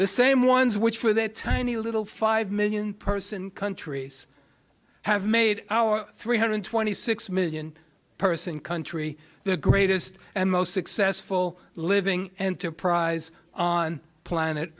the same ones which for their tiny little five million person countries have made our three hundred twenty six million person country the greatest and most successful living enterprise on planet